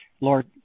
Lord